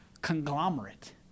conglomerate